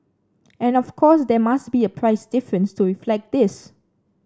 and of course there must be a price difference to reflect this